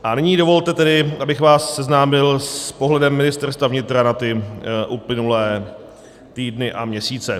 A nyní tedy dovolte, abych vás seznámil s pohledem Ministerstva vnitra na ty uplynulé týdny a měsíce.